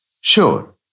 Sure